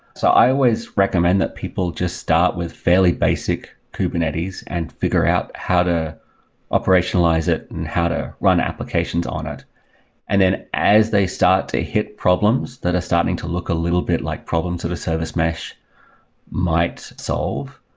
so i always recommend that people just start with fairly basic kubernetes and figure out how to operationalize it and and how to run applications on it and then as they start to hit problems that are starting to look a little bit like problems of a service mesh might solve,